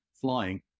flying